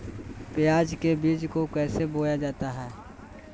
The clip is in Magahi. प्याज के बीज को कैसे बोया जाता है?